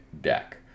deck